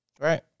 right